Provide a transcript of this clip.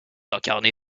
incarné